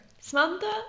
Samantha